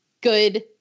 good